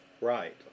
Right